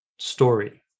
Story